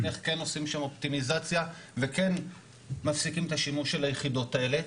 איך כן עושים שם אופטימיזציה וכן מפסיקים את השימוש של היחידות האלה,